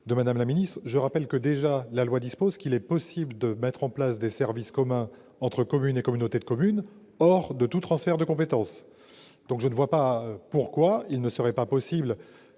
de Mme la ministre. Je rappelle que la loi précise déjà qu'il est possible de mettre en place des services communs entre communes et communautés de communes hors de tout transfert de compétences. Je ne vois donc pas pourquoi il ne serait pas possible,